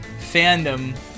fandom